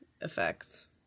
effects